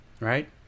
right